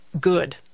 good